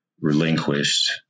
relinquished